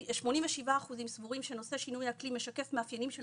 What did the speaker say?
87 אחוזים סבורים שנושא שינוי האקלים משקף מאפיינים של